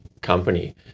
company